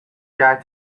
jaar